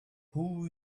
who